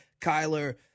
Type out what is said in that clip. Kyler